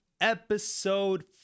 episode